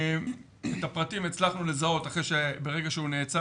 את הפרטים הצלחנו לזהות אחרי שברגע שהוא נעצר